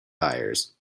buyers